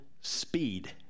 speed